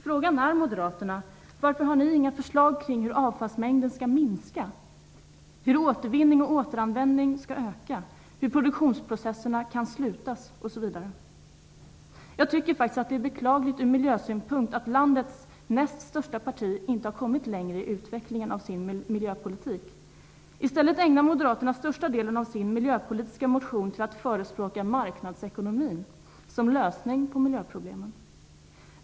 Frågan är till moderaterna: Varför har ni inga förslag kring hur avfallsmängden skall minska, hur återvinning och återanvändning skall öka, hur produktionsprocesserna kan slutas osv.? Jag tycker att det faktiskt är beklagligt ur miljösynpunkt att landets näst största parti inte har kommit längre i utvecklingen av sin miljöpolitik. I stället ägnar moderaterna största delen av sin miljöpolitiska motion till att förespråka marknadsekonomin som lösning på miljöproblemen.